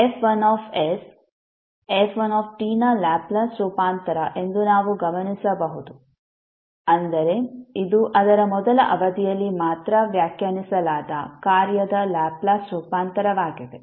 F1 f1 ನ Laplace ರೂಪಾಂತರ ಎಂದು ನಾವು ಗಮನಿಸಬಹುದು ಅಂದರೆ ಇದು ಅದರ ಮೊದಲ ಅವಧಿಯಲ್ಲಿ ಮಾತ್ರ ವ್ಯಾಖ್ಯಾನಿಸಲಾದ ಕಾರ್ಯದ ಲ್ಯಾಪ್ಲೇಸ್ ರೂಪಾಂತರವಾಗಿದೆ